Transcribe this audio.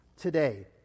today